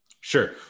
Sure